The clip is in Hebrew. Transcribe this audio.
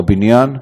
בבניין.